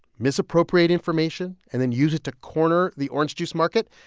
misappropriate information and then use it to corner the orange juice market,